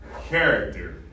character